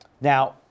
Now